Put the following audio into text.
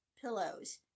pillows